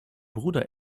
bruder